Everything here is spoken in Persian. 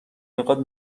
میخواد